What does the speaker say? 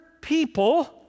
people